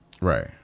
Right